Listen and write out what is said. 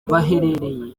baherereye